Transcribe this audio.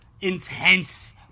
intense